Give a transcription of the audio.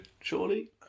Surely